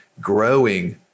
growing